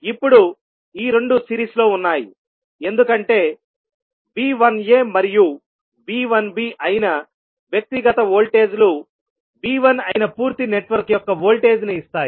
ఇప్పుడు ఈ రెండు సిరీస్లో ఉన్నాయి ఎందుకంటే V1a మరియు V1b అయిన వ్యక్తిగత వోల్టేజ్ లు V1 అయిన పూర్తి నెట్వర్క్ యొక్క వోల్టేజ్ను ఇస్తాయి